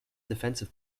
defensive